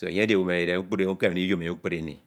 do enye ediowu emi edided kpukpru ini owu ekeme ndinyem.